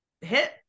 hit